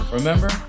Remember